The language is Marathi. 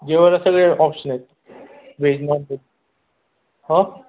जेवायला सगळे ऑप्शन आहेत वेज नोन्वेज